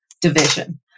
division